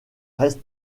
reste